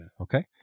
Okay